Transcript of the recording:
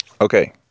Okay